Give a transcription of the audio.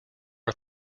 are